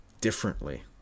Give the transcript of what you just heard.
differently